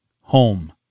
Home